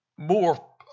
More